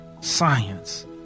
science